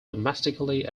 domestically